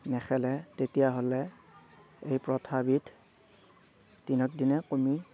নেখেলে তেতিয়াহ'লে এই প্ৰথাবিধ দিনক দিনে কমি